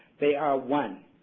they are, one,